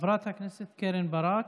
חברת הכנסת קרן ברק,